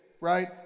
right